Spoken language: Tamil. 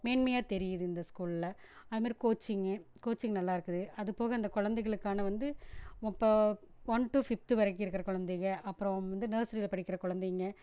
மேன்மையாக தெரியுது இந்த ஸ்கூலில் அது மாதிரி கோச்சிங்கு கோச்சிங் நல்லாயிருக்குது அதுபோக அந்த கொழந்தைகளுக்கான வந்து இப்போ ஒன் டூ ஃபிப்த் வரைக்கும் இருக்கிற கொழந்தைகள் அப்புறம் வந்து நர்ஸரியில படிக்கிற கொழந்தைங்க